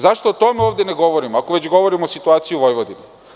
Zašto o tome ovde ne govorimo, ako već govorimo o situaciji u Vojvodini?